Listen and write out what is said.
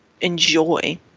enjoy